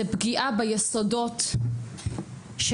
זה פגיעה ביסודות של